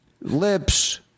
Lips